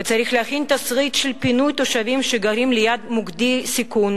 וצריך להכין תסריט של פינוי תושבים שגרים ליד מוקדי סיכון